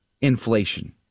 inflation